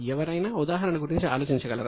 ఎవరైనా ఉదాహరణ గురించి ఆలోచించగలరా